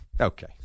Okay